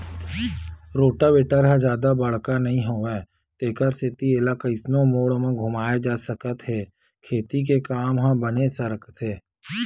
rotavator ह जादा बड़का नइ होवय तेखर सेती एला कइसनो मोड़ म घुमाए जा सकत हे खेती के काम ह बने सरकथे